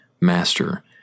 Master